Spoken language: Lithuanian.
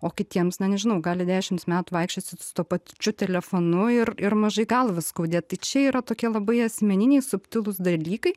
o kitiems na nežinau gali dešimts metų vaikščiot su su tuo pat čiu telefonu ir ir mažai galvą skaudėt tai čia yra tokie labai asmeniniai subtilūs dalykai